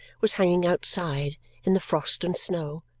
was hanging outside in the frost and snow.